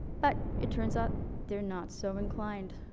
but it turns out they're not so inclined.